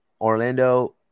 Orlando